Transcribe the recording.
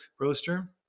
roaster